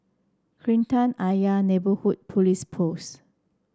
Kreta Ayer Neighbourhood Police Post